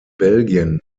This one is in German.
belgien